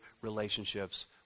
relationships